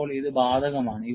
അപ്പോൾ ഇത് ബാധകമാണ്